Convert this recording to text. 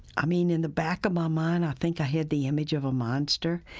i mean, in the back of my mind i think i had the image of a monster,